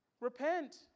Repent